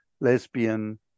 lesbian